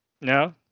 No